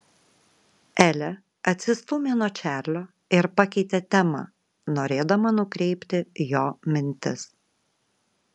elė atsistūmė nuo čarlio ir pakeitė temą norėdama nukreipti jo mintis